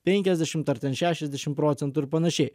penkiasdešimt ar ten šešiasdešim procentų ir panašiai